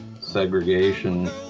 segregation